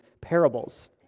parables